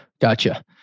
Gotcha